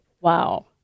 Wow